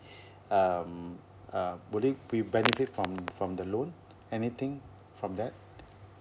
um uh will it be benefit from from the loan anything from that